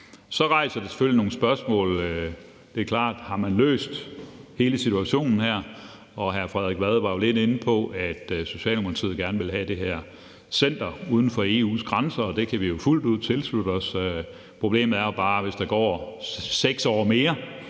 klart, at det rejser nogle spørgsmål, altså om man her har løst det i forhold til hele situationen, og hr. Frederik Vad var jo lidt inde på, at Socialdemokratiet gerne vil have det her center uden for EU's grænser, og det kan vi jo fuldt ud tilslutte os. Problemet er jo bare, hvis der går 6 år mere,